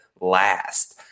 last